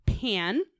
pan